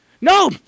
No